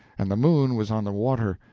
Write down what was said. and the moon was on the water,